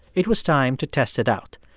it was time to test it out.